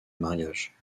mariage